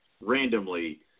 randomly